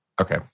Okay